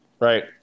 Right